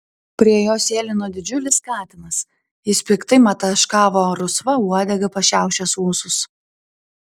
prie jos sėlino didžiulis katinas jis piktai mataškavo rusva uodega pašiaušęs ūsus